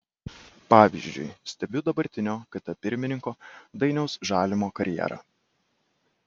pavyzdžiui stebiu dabartinio kt pirmininko dainiaus žalimo karjerą